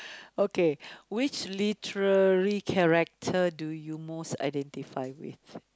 okay which literary character do you most identify with